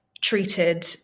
treated